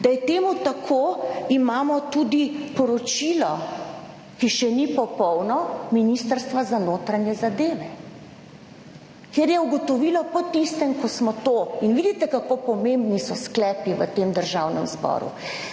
Da je temu tako, imamo tudi poročilo, ki še ni popolno, Ministrstva za notranje zadeve, kjer je ugotovilo po tistem, ko smo to, in vidite kako pomembni so sklepi v tem Državnem zboru.